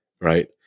right